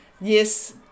yes